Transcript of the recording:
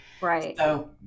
Right